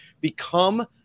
Become